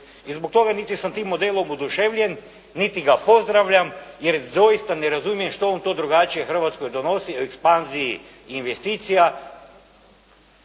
I zbog toga niti sam tim modelom oduševljen, niti ga pozdravljam, jer doista ne razumijem što on to drugačije u Hrvatskoj donosi, ekspanziji investicija,